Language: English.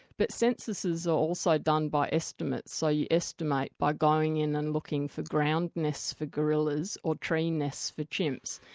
but censuses are also done by estimates, so you estimate by going in and looking for ground nests for gorillas or tree nests for chimps.